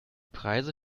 preise